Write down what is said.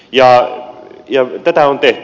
ja tätä on tehty